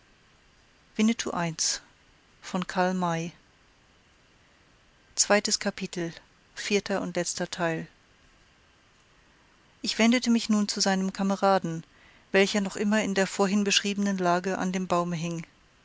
bin ich wendete mich nun zu seinem kameraden welcher noch immer in der vorhin beschriebenen lage an dem baume hing